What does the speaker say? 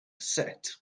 set